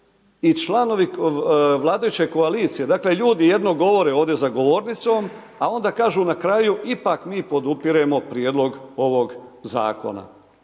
i članovi vladajuće koalicije, dakle ljudi jedno govore ovdje za govornicom a onda kažu na kraju ipak mi podupiremo prijedlog ovog zakona.